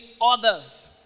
others